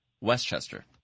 Westchester